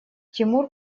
тимур